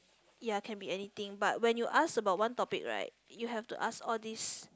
ya can be anything but when you ask about one topic right you have to ask all these